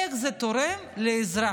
איך זה תורם לאזרח?